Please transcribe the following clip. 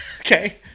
Okay